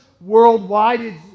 worldwide